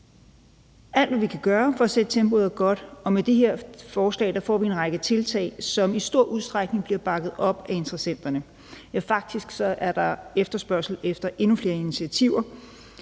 Alt, hvad vi kan gøre for at sætte tempoet op, er godt, og med det her forslag får vi en række tiltag, som i stor udstrækning bliver bakket op af interessenterne; ja, faktisk er der efterspørgsel efter endnu flere initiativer.